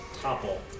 topple